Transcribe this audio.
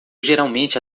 geralmente